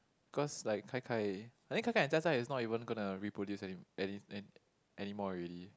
cause like kai kai I think kai kai and Jia Jia is not even gonna reproduce any any any anymore already